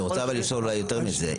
אני רוצה לשאול יותר מזה,